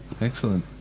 Excellent